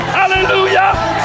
hallelujah